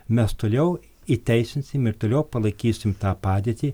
mes toliau įteisinsim ir toliau palaikysim tą padėtį